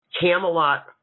Camelot